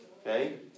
okay